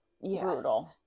brutal